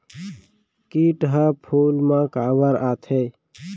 किट ह फूल मा काबर आथे?